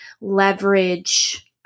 leverage